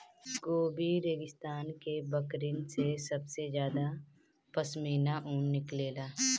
Gobi रेगिस्तान के बकरिन से सबसे ज्यादा पश्मीना ऊन निकलेला